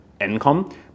income